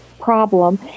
problem